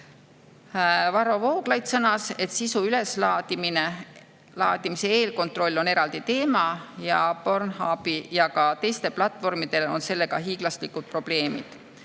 Varro Vooglaid sõnas, et sisu üleslaadimise eelkontroll on eraldi teema ning Pornhubil ja ka teistel platvormidel on sellega hiiglaslikud probleemid.